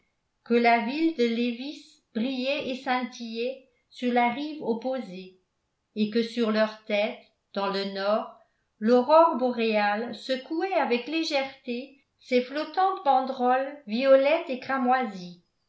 que la ville de lévis brillait et scintillait sur la rive opposée et que sur leur tête dans le nord l'aurore boréale secouait avec légèreté ses flottantes banderoles violettes et cramoisies